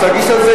אז תגיש על זה